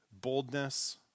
Boldness